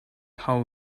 how